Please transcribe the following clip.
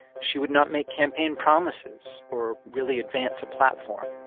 she would not make campaign promises or really advance a platform.